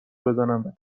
بزنم